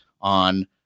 on